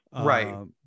Right